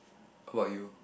what about you